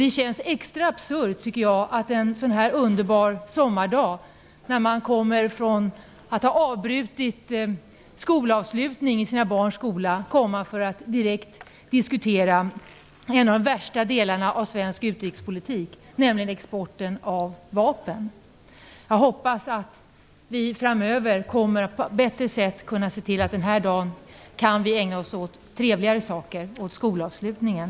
Det känns extra absurt att en sådan här underbar sommardag avbryta sitt deltagande i skolavslutningen i sina barns skola för att komma hit och diskutera en av de värsta delarna av svensk utrikespolitik, nämligen exporten av vapen. Jag hoppas att vi framöver kommer att kunna se till att vi kan ägna oss åt trevligare saker den här dagen, nämligen skolavslutningen.